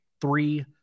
three